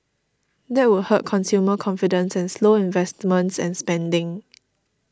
that would hurt consumer confidence and slow investments and spending